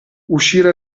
uscire